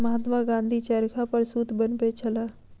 महात्मा गाँधी चरखा पर सूत बनबै छलाह